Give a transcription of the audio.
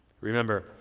Remember